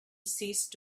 ceased